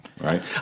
Right